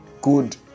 Good